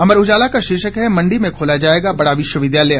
अमर उजाला का शीर्षक है मंडी में खोला जाएगा बड़ा विश्वविद्यालय